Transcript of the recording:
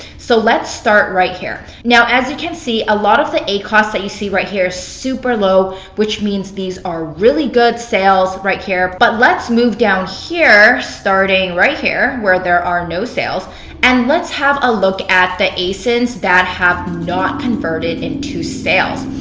so let's start right here. now, as you can see, a lot of the acos that you see right here, super low, which means these are really good sales right here. but let's move down here, starting right here where there are no sales and let's have a look at the asins that have not converted into sales.